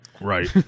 right